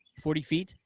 forty feet,